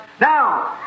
Now